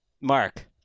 Mark